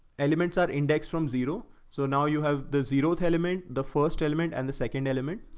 elements are index from zero. so now you have the zero element, the first element and the second element.